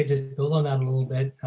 just build on that a little bit